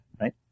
Right